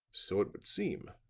so it would seem.